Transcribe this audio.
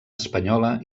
espanyola